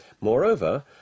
Moreover